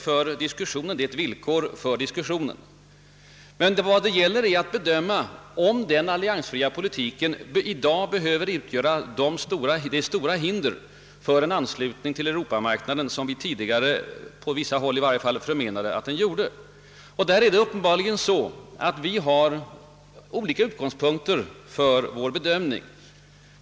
Vad det nu gäller är att bedöma om den alliansfria politiken i dag behöver utgöra det hinder för en anslutning till Europamarknaden som vi tidigare — i varje fall på vissa håll — förmenade att den gjorde. Där har vi uppenbarligen olika utgångspunkter för vår bedömning.